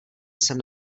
jsem